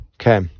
okay